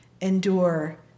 endure